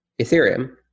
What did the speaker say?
Ethereum